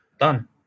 Done